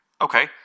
okay